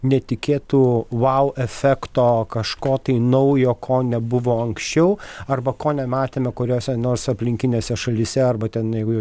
netikėtų vau efekto kažko tai naujo ko nebuvo anksčiau arba ko nematėme kuriose nors aplinkinėse šalyse arba ten jeigu jau